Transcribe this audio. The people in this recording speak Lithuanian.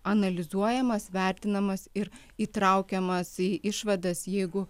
analizuojamas vertinamas ir įtraukiamas į išvadas jeigu